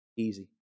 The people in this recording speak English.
Easy